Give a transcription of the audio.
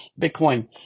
Bitcoin